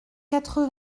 quatre